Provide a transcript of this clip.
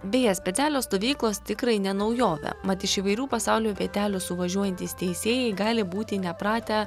beje specialios stovyklos tikrai ne naujovė mat iš įvairių pasaulio vietelių suvažiuojantys teisėjai gali būti nepratę